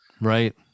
right